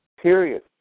period